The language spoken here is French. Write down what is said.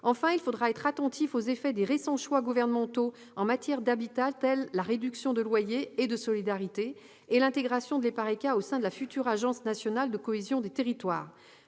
Enfin, il faudra être attentif aux effets des récents choix gouvernementaux en matière d'habitat, tels que la réduction du loyer de solidarité et l'intégration de l'EPARECA au sein de la future agence nationale de la cohésion des territoires.